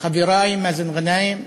חברי מאזן גנאים,